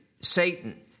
Satan